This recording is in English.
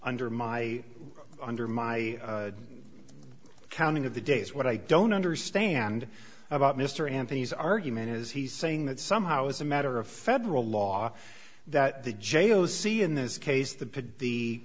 under my under my counting of the days what i don't understand about mr anthony's argument is he's saying that somehow as a matter of federal law that the j o c in this case the the